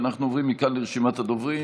אנחנו עוברים מכאן לרשימת הדוברים.